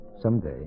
Someday